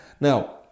Now